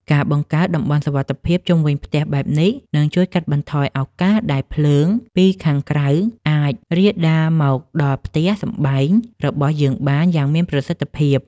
ការបង្កើត តំបន់សុវត្ថិភាព ជុំវិញផ្ទះបែបនេះ នឹងជួយកាត់បន្ថយឱកាសដែលភ្លើងពីខាងក្រៅអាចរាលដាលមកដល់ផ្ទះសម្បែងរបស់យើងបានយ៉ាងមានប្រសិទ្ធភាព។